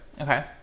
Okay